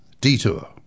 Detour